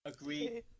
Agree